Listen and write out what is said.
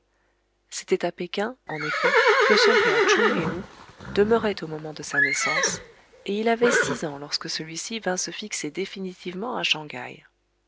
c'était à péking en effet que son père tchoung héou demeurait au moment de sa naissance et il avait six ans lorsque celui-ci vint se fixer définitivement à shang haï